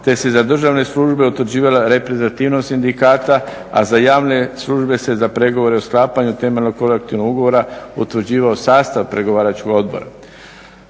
te se za državne službe utvrđivala reprezentativnost sindikata a za javne službe se za pregovore o sklapanju temeljnog kolektivnog ugovora utvrđivao sastav pregovaračkoga odbora.